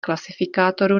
klasifikátoru